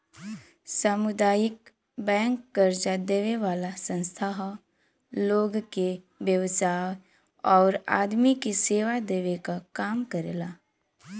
सामुदायिक बैंक कर्जा देवे वाला संस्था हौ लोग के व्यवसाय आउर आदमी के सेवा देवे क काम करेला